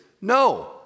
no